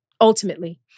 ultimately